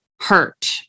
hurt